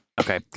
Okay